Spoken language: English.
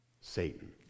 Satan